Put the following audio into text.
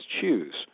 choose